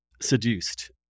seduced